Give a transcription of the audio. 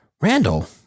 Randall